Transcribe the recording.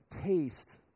taste